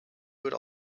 would